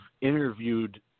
interviewed